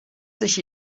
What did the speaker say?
sich